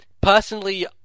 personally